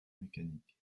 mécanique